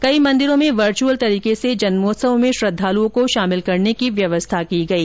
कई मंदिरों में वर्चुअल तरीके से जन्मोत्सव में श्रृद्वालुओं को शामिल करने की व्यवस्था की गई